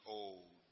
old